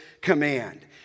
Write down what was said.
command